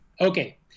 okay